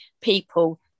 people